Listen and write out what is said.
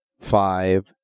five